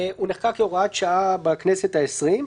הוא נחקק כהוראת שעה בכנסת העשרים,